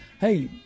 Hey